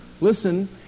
listen